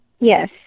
Yes